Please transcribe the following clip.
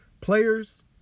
players